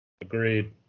Agreed